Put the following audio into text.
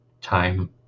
time